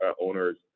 owners